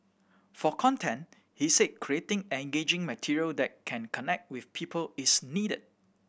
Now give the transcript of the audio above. for content he said creating engaging material that can connect with people is needed